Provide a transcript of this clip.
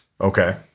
Okay